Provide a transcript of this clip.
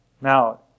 Now